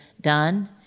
done